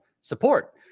support